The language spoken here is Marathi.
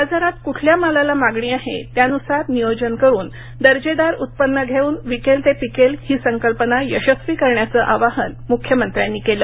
बाजारात कुठल्या मालाला मागणी आहे त्यानुसार नियोजन करुन दर्जेदार उत्पन्न घेऊन विकेल ते पिकेल ही संकल्पना यशस्वी करण्याचं आवाहन मुख्यमंत्र्यांनी केलं